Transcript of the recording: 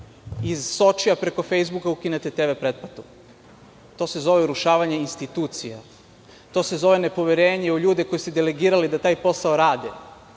iz Sočija preko Fejsbuka ukinute TV pretplatu? To se zove urušavanje institucija. To se zove nepoverenje u ljude koje ste delegirali da taj posao rade.